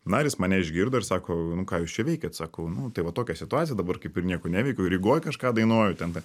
na ir jis mane išgirdo ir sako nu ką jūs čia veikiat sakau nu tai va tokia situacija dabar kaip ir nieko neveikiu rygoj kažką dainuoju ten